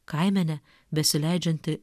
kaimenė besileidžianti